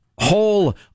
whole